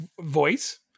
voice